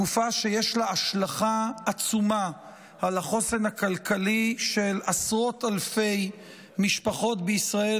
תקופה שיש לה השלכה עצומה על החוסן הכלכלי של עשרות אלפי משפחות בישראל,